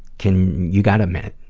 can you got a minute?